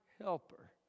helper